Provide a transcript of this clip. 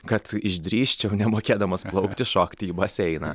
kad išdrįsčiau nemokėdamas plaukti šokti į baseiną